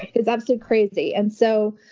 it's absolutely crazy. and so,